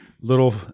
little